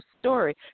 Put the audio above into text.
story